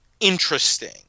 interesting